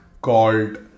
called